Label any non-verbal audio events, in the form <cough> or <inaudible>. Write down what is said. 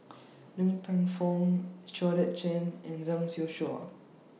Ng Teng Fong Georgette Chen and Zhang <unintelligible> Shuo